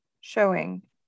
showing